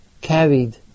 carried